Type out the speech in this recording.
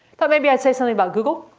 thought maybe i'd say something about google,